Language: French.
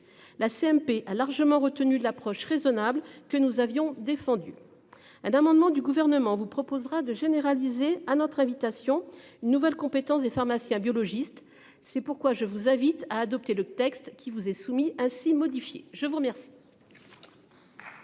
La CMP a largement retenue de l'approche raisonnable que nous avions défendu un amendement du gouvernement vous proposera de généraliser à notre invitation. Une nouvelle compétence des pharmaciens biologistes. C'est pourquoi je vous invite à adopter le texte qui vous est soumis ainsi modifié, je vous remercie.